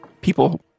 People